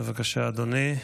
בבקשה, אדוני.